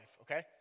okay